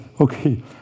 okay